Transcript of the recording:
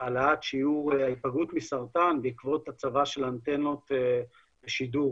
מהעלאת שיעור ההיפגעות מסרטן בעקבות הצבה של אנטנות לשידור.